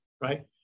Right